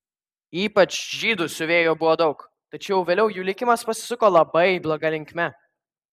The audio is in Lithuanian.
ypač žydų siuvėjų buvo daug tačiau vėliau jų likimas pasisuko labai bloga linkme